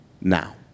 now